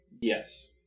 Yes